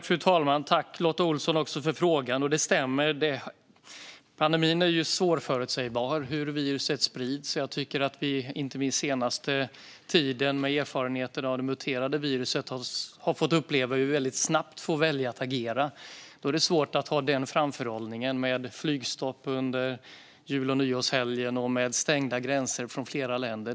Fru talman! Tack för frågan, Lotta Olsson! Det stämmer att pandemin är svårförutsägbar. Det gäller även hur viruset sprids. Inte minst den senaste tiden har vi, med tanke på den muterade varianten av viruset, varit tvungna att agera väldigt snabbt. Då är det svårt att ha framförhållning. Det handlar exempelvis om flygstopp under jul och nyårshelgen och stängda gränser från flera länder.